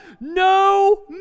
No